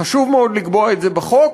חשוב מאוד לקבוע את זה בחוק,